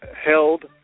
held